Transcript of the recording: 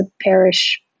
parish